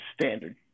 Standard